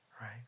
Right